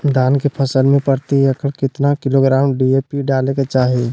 धान के फसल में प्रति एकड़ कितना किलोग्राम डी.ए.पी डाले के चाहिए?